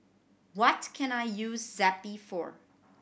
what can I use Zappy for